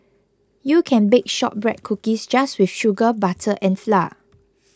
you can bake Shortbread Cookies just with sugar butter and flour